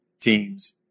teams